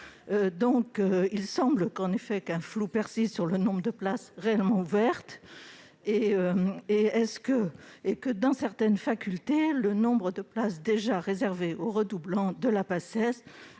Il semble en effet qu'un flou persiste sur le nombre de places réellement ouvertes et que, dans certaines facultés, le nombre de places déjà réservées aux redoublants de la Paces